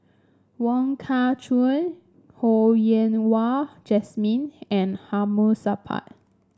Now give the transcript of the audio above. Wong Kah Chun Ho Yen Wah Jesmine and Hamid Supaat